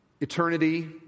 eternity